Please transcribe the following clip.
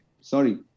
Sorry